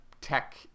tech